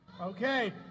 Okay